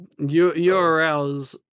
URLs